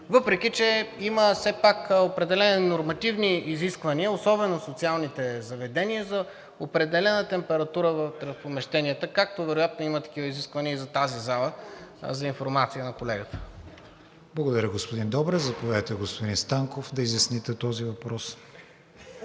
въпреки че има все пак определени нормативни изисквания, особено в социалните заведения, за определена температура вътре в помещенията, както вероятно има такива изисквания и за тази зала – за информация на колегата. ПРЕДСЕДАТЕЛ КРИСТИАН ВИГЕНИН: Благодаря, господин Добрев. Заповядайте, господин Станков, да изясните този въпрос.